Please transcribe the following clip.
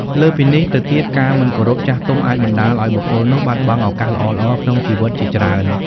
លើសពីនេះទៅទៀតការមិនគោរពចាស់ទុំអាចបណ្ដាលឲ្យបុគ្គលនោះបាត់បង់ឱកាសល្អៗក្នុងជីវិតជាច្រើន។